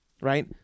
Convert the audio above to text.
right